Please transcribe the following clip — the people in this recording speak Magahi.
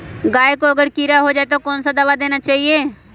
गाय को अगर कीड़ा हो जाय तो कौन सा दवा देना चाहिए?